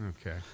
Okay